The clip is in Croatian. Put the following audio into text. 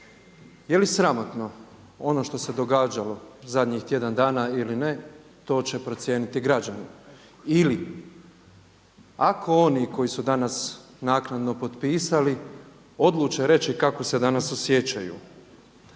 Jeli sramotno ono što se događalo zadnjih tjedan dana ili ne, to će procijeniti građani ili ako oni koji su danas naknadno potpisali odluče reći kako se danas osjećaju.